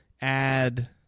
add